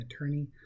attorney